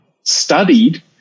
studied